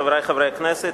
חברי חברי הכנסת,